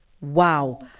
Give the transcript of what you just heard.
Wow